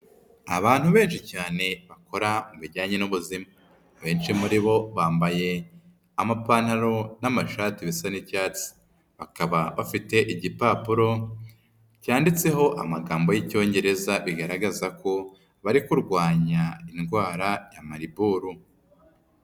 Abantu benshi cyane bakora mu bijyanye n'ubuzima. Benshi muri bo bambaye amapantaro n'amashati bisa n'icyatsi. Bakaba bafite igipapuro cyanditseho amagambo y'Icyongereza, bigaragaza ko bari kurwanya indwara ya Mariburu.